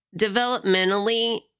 developmentally